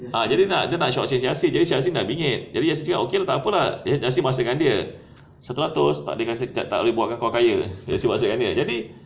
ah jadi dia nak dia nak short change yasin jadi yasin dah bingit jadi yasin cakap okay lah takpe lah jadi yasin bahasakan dia satu ratus tak boleh buatkan kau kaya yasin bahasakan dia jadi